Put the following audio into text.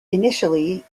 initially